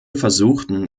versuchten